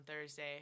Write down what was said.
Thursday